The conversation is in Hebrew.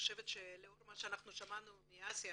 לאור מה ששמענו מאסיה